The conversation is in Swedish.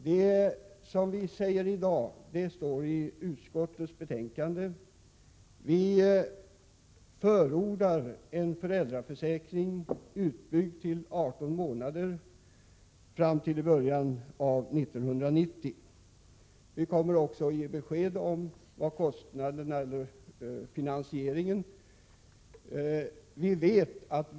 Det vi säger i dag står i utskottets betänkande. Vi förordar en föräldraförsäkring utbyggd till 18 månader fram till början av 1990. Vi kommer också att ge besked om finansieringen.